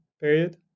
period